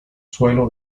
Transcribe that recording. suelo